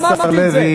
אמרתי את זה.